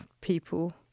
people